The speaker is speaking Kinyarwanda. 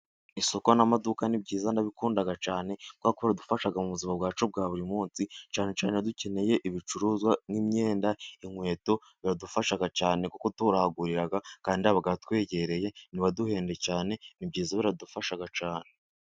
Isoko n'amaduka ni byiza ndabikunda cyane kuko biradufasha mu buzima bwacu bwa buri munsi, cyane cyane iyo dukeneye ibicuruzwa nk'imyenda, inkweto biradufasha cyane kuko tuhagurira, kandi haba hatwegereye ntibaduhende cyane ni byiza biradufasha cyane.